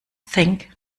think